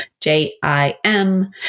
J-I-M